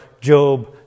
job